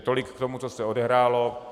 Tolik k tomu, co se odehrálo.